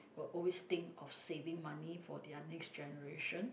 will always think of saving money for their next generation